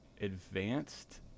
advanced